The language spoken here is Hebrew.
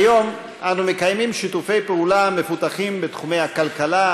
כיום אנו מקיימים שיתוף פעולה מפותח בתחומי הכלכלה,